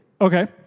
Okay